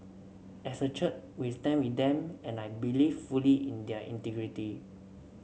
as a church we stand with them and I believe fully in their integrity